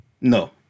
No